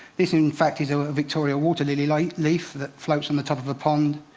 this, in fact, is a victoria water lily like leaf that floats on the top of a pond.